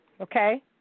Okay